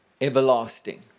everlasting